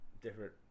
different